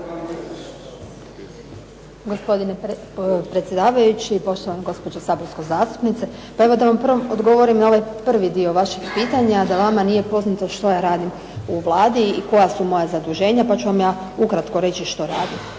Gospodine predsjedavajući, poštovana gospođo saborska zastupnice. Pa evo da vam prvo odgovorim na ovaj prvi dio vašeg pitanja da vama nije poznato što ja radim u Vladi i koja su moja zaduženja, pa ću vam ja ukratko reći što radim.